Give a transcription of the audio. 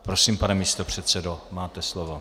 Prosím, pane místopředsedo, máte slovo.